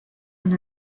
one